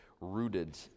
rooted